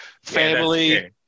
family